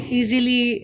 easily